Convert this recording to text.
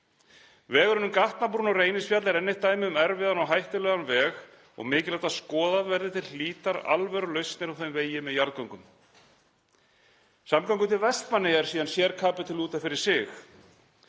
Vegurinn um Gatnabrún og Reynisfjall er enn eitt dæmi um erfiðan og hættulegan veg og mikilvægt að skoðaðar verði til hlítar alvörulausnir á þeim vegi með jarðgöngum. Samgöngur til Vestmannaeyja eru síðan sérkapítuli út af fyrir sig.